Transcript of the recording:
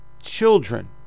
Children